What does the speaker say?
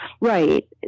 Right